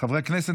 חברי הכנסת,